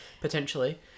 Potentially